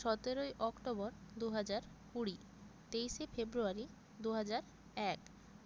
সতেরোই অক্টোবর দুহাজার কুড়ি তেইশে ফেব্রুয়ারি দুহাজার এক